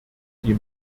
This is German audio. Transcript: die